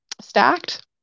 stacked